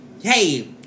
Hey